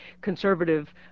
conservative